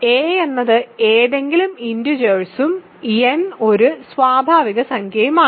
a എന്നത് ഏതെങ്കിലും ഇന്റിജേഴ്സ്യും n ഒരു സ്വാഭാവിക സംഖ്യയുമാണ്